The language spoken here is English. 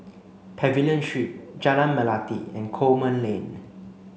Pavilion She Jalan Melati and Coleman Lane